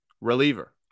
reliever